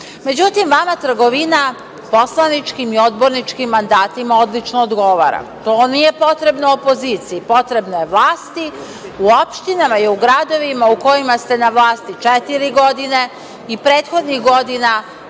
izabrani.Međutim, vama trgovina poslaničkim i odborničkim mandatima odlično odgovara. To nije potrebno opoziciji. Potrebno je vlasti, u opštinama i gradovima u kojima ste na vlasti četiri godine i prethodnih godina